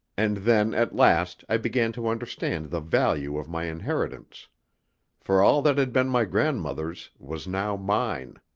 and then at last i began to understand the value of my inheritance for all that had been my grandmother's was now mine.